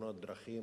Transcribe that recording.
לברכות חברי לך,